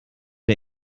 der